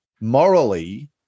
morally